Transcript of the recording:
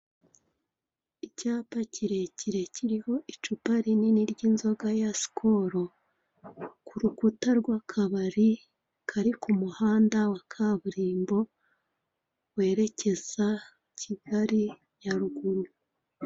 Icyapa kirekire kiriho icupa rinini ry'inzoga ya sikolo, kurukuta rw'akabari kari ku muhanda wa kaburimbo werekeza kigali Nyaruguru.